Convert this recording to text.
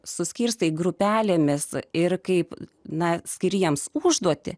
suskirstė grupelėmis ir kaip na skiri jiems užduotį